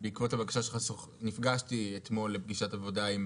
בעקבות הבקשה שלך נפגשתי אתמול לפגישת עבודה עם